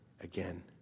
again